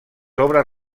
obres